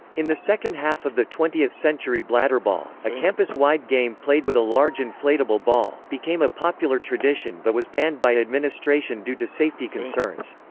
in the second half of the twentieth century bladderball, a campus-wide game played with a large inflatable ball, became a popular tradition but was banned by administration due to safety concerns.